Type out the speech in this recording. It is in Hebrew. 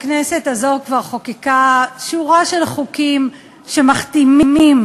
הכנסת הזו כבר חוקקה שורה של חוקים שמכתימים,